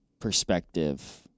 perspective